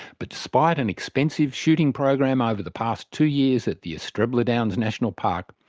but despite an expensive shooting program over the past two years at the astrebla downs national park,